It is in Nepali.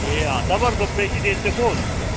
ए अँ तपाईँहरूको प्रेसिडेन्ट चाहिँ को हुनुहुन्छ